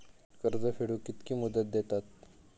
कर्ज फेडूक कित्की मुदत दितात?